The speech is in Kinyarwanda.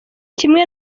kimwe